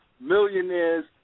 millionaires